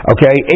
Okay